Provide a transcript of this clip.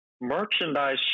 merchandise